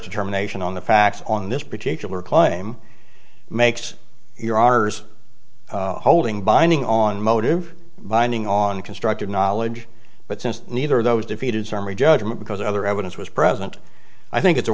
determination on the facts on this particular claim makes your r s holding binding on motive binding on constructive knowledge but since neither of those defeated summary judgment because other evidence was present i think it's a